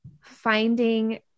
finding